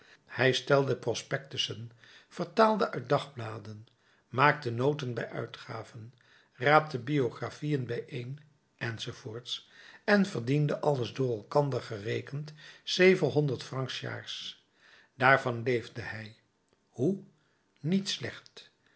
hij stelde prospectussen vertaalde uit dagbladen maakte noten bij uitgaven raapte biographieën bijeen enz en verdiende alles door elkander gerekend zevenhonderd francs s jaars daarvan leefde hij hoe niet slecht